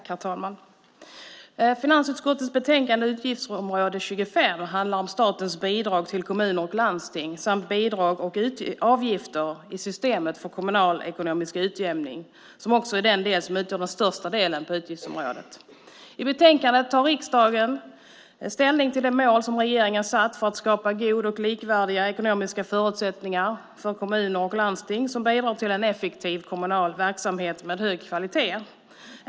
Herr talman! Finansutskottets betänkande FiU3, utgiftsområde 25, handlar om statens bidrag till kommuner och landsting samt bidrag och avgifter i systemet för kommunalekonomisk utjämning, vilket utgör den största delen av utgiftsområdet. I betänkandet tar riksdagen ställning till de mål som regeringen har satt upp för att skapa goda och likvärdiga ekonomiska förutsättningar för kommuner och landsting som bidrar till en effektiv kommunal verksamhet med hög kvalitet.